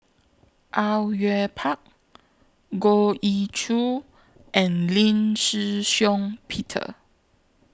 Au Yue Pak Goh Ee Choo and Lee Shih Shiong Peter